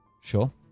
sure